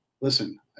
listen